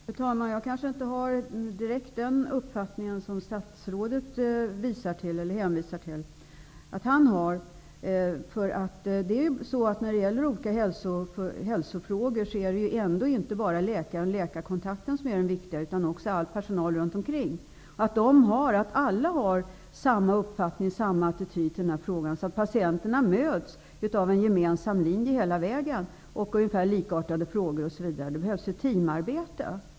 Fru talman! Jag kanske inte direkt har samma uppfattning som statsrådet redovisar att han har. När det gäller olika hälsofrågor är det inte bara läkaren och läkarkontakten som är viktiga utan också all personal runt omkring. Det är viktigt att alla har samma uppfattning och intar samma attityd i den här frågan, så att patienterna möts av en gemensam linje hela vägen, av likartade frågor osv. Det behövs ett teamarbete.